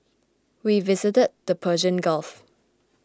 we visited the Persian Gulf